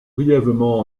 brièvement